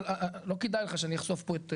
לא כדאי לך שאני אחשוף פה,